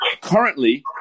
currently